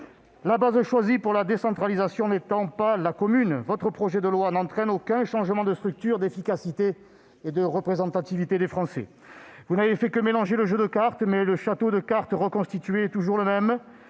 La base choisie pour la décentralisation n'étant pas la commune, votre projet de loi n'entraîne aucun changement de structure, d'efficacité et de représentativité des Français. Vous n'avez fait que mélanger le jeu de cartes, mais le château de cartes reconstitué est toujours le même